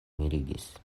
mirigis